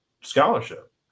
scholarship